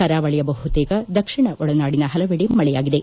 ಕರಾವಳಿಯ ಬಹುತೇಕ ದಕ್ಷಿಣ ಒಳನಾಡಿನ ಹಲವೆಡೆ ಮಳೆಯಾಗಿದೆ